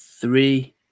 three